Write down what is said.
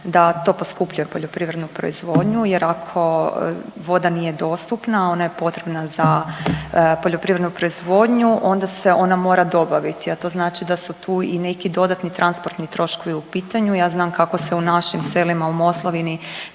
da to poskupljuje poljoprivrednu proizvodnju jer ako voda nije dostupna, a ona je potrebna za poljoprivrednu proizvodnju onda se ona mora dobaviti, a to znači da su tu i neki dodatni transportni troškovi u pitanju. Ja znam kako se u našim selima u Moslavini